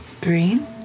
Green